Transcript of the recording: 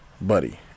Buddy